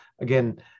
Again